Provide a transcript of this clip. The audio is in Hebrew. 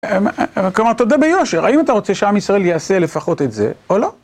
כלומר תודה ביושר, האם אתה רוצה שעם ישראל יעשה לפחות את זה, או לא?